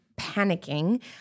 panicking